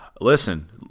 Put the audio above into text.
Listen